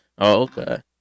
okay